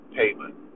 payment